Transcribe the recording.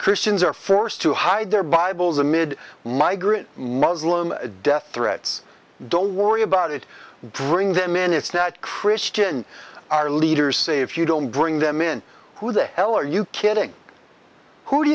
christians are forced to hide their bibles amid migrant muslim death threats don't worry about it bring them in it's not christian our leaders say if you don't bring them in who the hell are you kidding who do